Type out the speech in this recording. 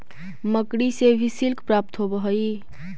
मकड़ि से भी सिल्क प्राप्त होवऽ हई